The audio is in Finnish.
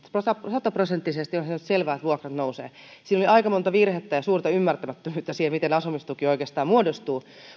sataprosenttisesti onhan se nyt selvää että vuokrat nousevat siinä oli aika monta virhettä ja suurta ymmärtämättömyyttä siitä miten asumistuki oikeastaan muodostuu